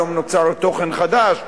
היום נוצר תוכן חדש,